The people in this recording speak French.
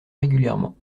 régulièrement